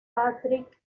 patrick